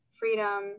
Freedom